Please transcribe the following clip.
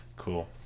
Cool